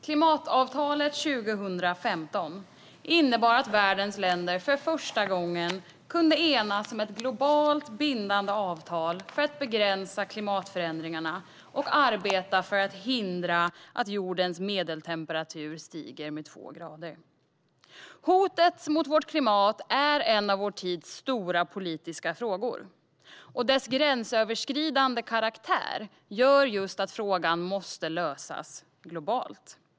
Klimatavtalet 2015 innebar att världens länder för första gången kunde enas om ett globalt, bindande avtal för att begränsa klimatförändringarna och arbeta för att förhindra att jordens medeltemperatur stiger med två grader. Hotet mot vårt klimat är en av vår tids stora politiska frågor, och dess gränsöverskridande karaktär gör att frågan måste lösas globalt.